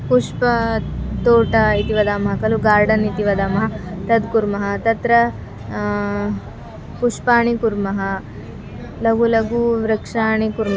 पुष्पं तोट इति वदामः खलु गार्डन् इति वदामः तत् कुर्मः तत्र पुष्पाणि कुर्मः लघु लघु वृक्षाणि कुर्मः